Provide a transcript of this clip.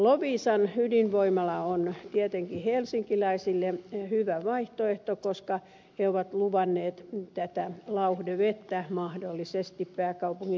loviisan ydinvoimala on tietenkin helsinkiläisille hyvä vaihtoehto koska he ovat luvanneet tätä lauhdevettä mahdollisesti pääkaupungin lämmittämiseen